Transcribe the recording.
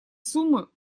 суммы